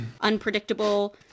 unpredictable